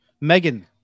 Megan